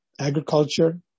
agriculture